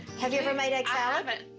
have you ever made egg salad? i but